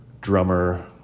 drummer